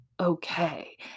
Okay